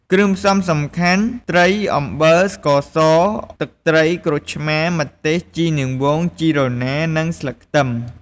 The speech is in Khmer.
គ្រឿងផ្សំសំខាន់ ត្រី អំបិល ស្ករស ទឹកត្រី ក្រូចឆ្មារ ម្ទេស ជីនាងវង ជីរណា និងស្លឹកខ្ទឹម។